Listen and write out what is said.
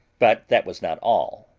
but that was not all,